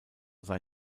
sei